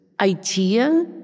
idea